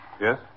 Yes